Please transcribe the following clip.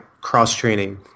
cross-training